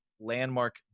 landmark